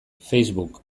facebook